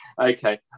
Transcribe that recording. Okay